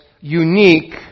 unique